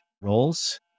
roles